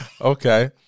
Okay